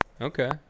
Okay